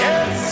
Yes